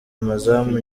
amazamu